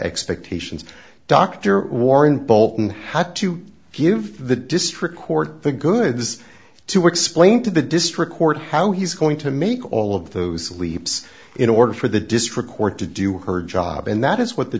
expectations dr warren bolton how to give the district court the goods to explain to the district court how he's going to make all all of those leaps in order for the district court to do her job and that is what the